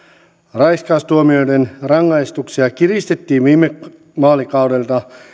raiskaustuomioiden rangaistuksia kiristettiin viime vaalikaudella